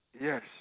yes